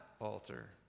altar